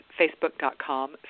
facebook.com